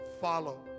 follow